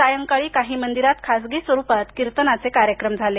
सायंकाळी काही मंदिरात खासगी स्वरूपात कीर्तनाचाचे कार्यक्रम झाले